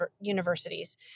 universities